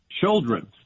Children